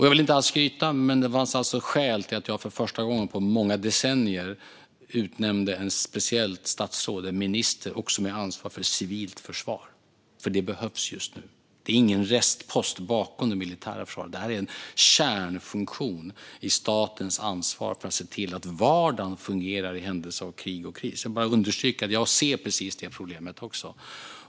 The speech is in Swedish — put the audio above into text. Jag vill inte alls skryta, men det fanns alltså skäl till att jag för första gången på många decennier utnämnde ett speciellt statsråd - en minister - med ansvar också för civilt försvar. Det behövs nämligen just nu. Detta är ingen restpost bakom det militära försvaret, utan det är en kärnfunktion i statens ansvar för att se till att vardagen fungerar i händelse av krig och kris. Jag vill bara understryka att jag ser precis det problemet också.